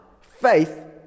Faith